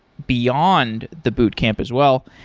beyond the boot camp as well.